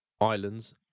Islands